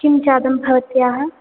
किं जातं भवत्याः